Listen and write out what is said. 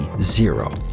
zero